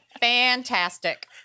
Fantastic